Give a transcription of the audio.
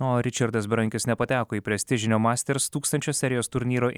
o ričardas berankis nepateko į prestižinio masters tūkstančio serijos turnyro